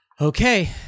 Okay